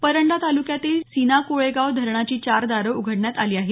परंडा तालुक्यातल्या सीना कोळेगाव धरणाची चार दारं उघडण्यात आली आहेत